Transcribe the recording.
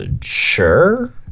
sure